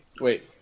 Wait